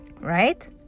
right